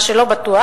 מה שלא בטוח,